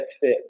fit